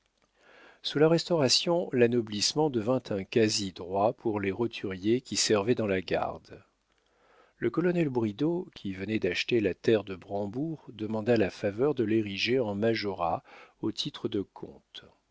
sous la restauration l'anoblissement devint un quasi droit pour les roturiers qui servaient dans la garde le colonel bridau qui venait d'acheter la terre de brambourg demanda la faveur de l'ériger en majorat au titre de comte